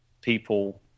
people